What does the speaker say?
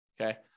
Okay